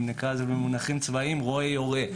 אם נקרא לזה במונחים צבאיים "רואה-יורה".